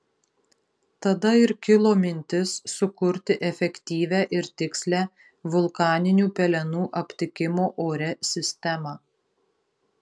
tada ir kilo mintis sukurti efektyvią ir tikslią vulkaninių pelenų aptikimo ore sistemą